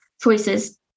choices